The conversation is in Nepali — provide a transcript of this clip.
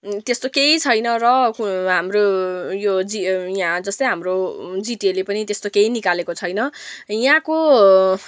त्यस्तो केही छैन र हाम्रो यो जी जस्तै हाम्रो जिटिएले पनि त्यस्तो केही निकालेको छैन यहाँको